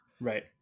right